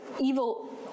evil